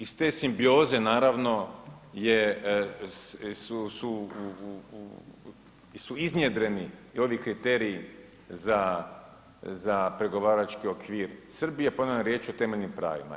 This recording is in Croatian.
Iz te simbioze, naravno je, su iznjedreni i ovi kriteriji za pregovarački okvir Srbije, ponavljam, riječ je o temeljnim pravima.